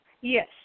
Yes